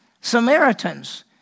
Samaritans